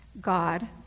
God